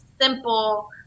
simple